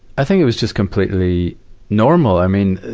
i think it was just completely normal. i mean,